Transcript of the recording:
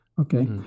okay